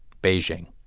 beijing